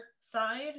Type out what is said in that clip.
side